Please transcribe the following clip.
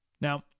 Now